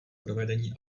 provedení